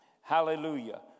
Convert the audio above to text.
hallelujah